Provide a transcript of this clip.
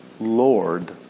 Lord